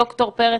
ד"ר פרץ,